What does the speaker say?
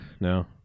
no